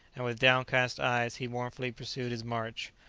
and with downcast eyes he mournfully pursued his march.